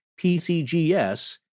PCGS